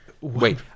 wait